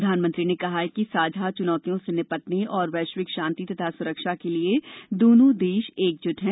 प्रधानमंत्री ने कहा कि साझा चुनौतियों से निपटने और वैश्विक शांति तथा सुरक्षा के लिए दोनों देश एकजुट हैं